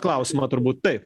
klausimą turbūt taip